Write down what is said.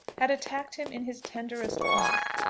had attacked him in his tenderest point.